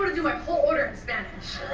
my whole order in spanish.